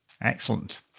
excellent